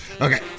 Okay